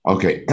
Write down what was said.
Okay